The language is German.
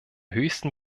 höchsten